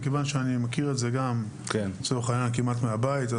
אני מכיר את זה גם כמעט מהבית,